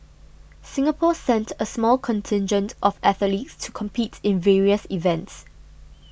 singapore sent a small contingent of athletes to compete in various events